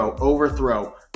overthrow